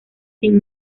sin